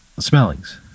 Smellings